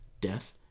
death